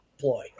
ploy